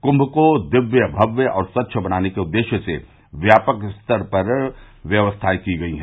कुंन को दिव्य भव्य और स्वच्छ बनाने के उद्देश्य से व्यापक स्तर पर व्यवस्थाए की गई हैं